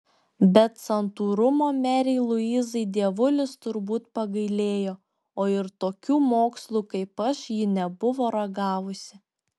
bet santūrumo merei luizai dievulis turbūt pagailėjo o ir tokių mokslų kaip aš ji nebuvo ragavusi